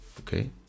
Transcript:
Okay